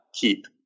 keep